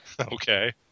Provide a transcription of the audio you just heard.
Okay